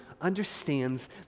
understands